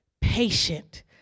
patient